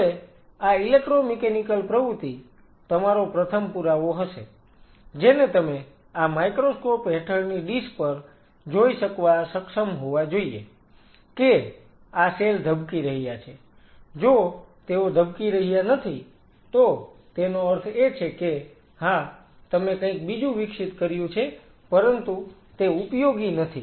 હવે આ ઈલેક્ટ્રોમિકેનિકલ પ્રવૃત્તિ તમારો પ્રથમ પુરાવો હશે જેને તમે આ માઈક્રોસ્કોપ હેઠળની ડીશ પર જોઈ શકવા સક્ષમ હોવા જોઈએ કે આ સેલ ધબકી રહ્યા છે જો તેઓ ધબકી રહ્યા નથી તો તેનો અર્થ એ છે કે હા તમે કંઈક બીજું વિકસિત કર્યું છે પરંતુ તે ઉપયોગી નથી